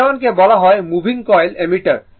A 1 কে বলা হয় মুভিং কয়েল অ্যামমিটার